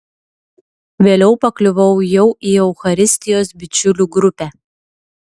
vėliau pakliuvau jau į eucharistijos bičiulių grupę